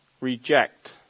reject